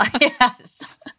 Yes